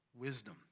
wisdom